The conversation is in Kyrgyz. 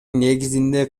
негизинде